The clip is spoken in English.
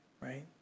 right